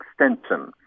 extension